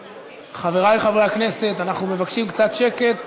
חברי חברי הכנסת, אנחנו מבקשים קצת שקט.